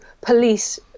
police